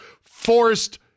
forced